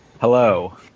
Hello